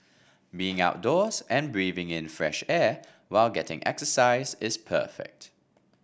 being outdoors and breathing in fresh air while getting exercise is perfect